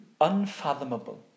unfathomable